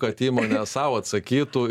kad įmonė sau atsakytų